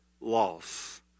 loss